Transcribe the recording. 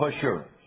assurance